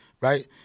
right